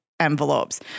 Envelopes